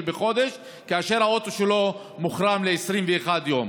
בחודש כאשר האוטו שלו מוחרם ל-21 יום.